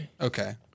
okay